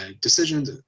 decisions